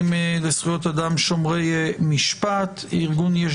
דומני שלמרות הבדלי ההשקפות בינינו בנושאים רבים בתוך החברה